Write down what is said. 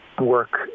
work